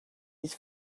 his